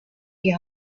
die